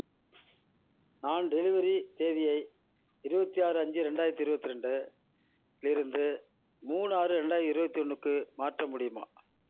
நான் டெலிவரி தேதியை இருபத்தி ஆறு அஞ்சு ரெண்டாயிரத்து இருபத்தி ரெண்டு இருந்து மூணு ஆறு ரெண்டாயிரத்து இருபத்தி ஒன்றுக்கு மாற்ற முடியுமா